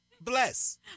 Bless